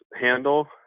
handle